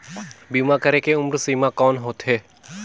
बीमा करे के उम्र सीमा कौन होथे?